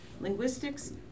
linguistics